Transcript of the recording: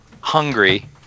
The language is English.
hungry